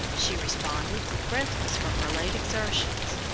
she responded, breathless from her late exertions,